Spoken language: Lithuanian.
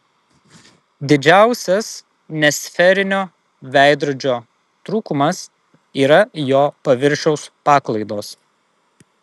didžiausias nesferinio veidrodžio trūkumas yra jo paviršiaus paklaidos